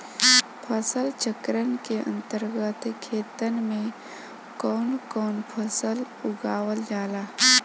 फसल चक्रण के अंतर्गत खेतन में कवन कवन फसल उगावल जाला?